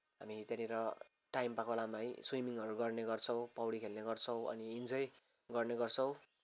हामी त्यहाँनिर टाइम पाएको बेलामा स्विमिङहरू गर्ने गर्छौँ पौडी खेल्ने गर्छौँ अनि इन्जय गर्ने गर्छौँ